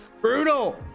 brutal